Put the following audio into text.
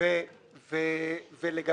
ולהזדהות לגביהם, אבל לא להצטרך להזדהות